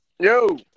Yo